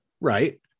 Right